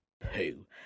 poo